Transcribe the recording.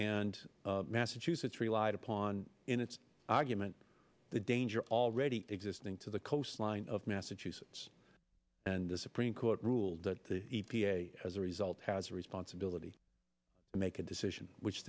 and massachusetts relied upon in its argument the danger already existing to the coastline of massachusetts and the supreme court ruled that the e p a as a result has a responsibility to make a decision which